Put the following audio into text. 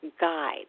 guide